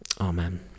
amen